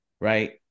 right